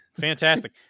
Fantastic